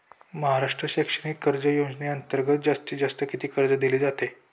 महाराष्ट्र शैक्षणिक कर्ज योजनेअंतर्गत जास्तीत जास्त किती कर्ज दिले जाते?